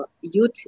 Youth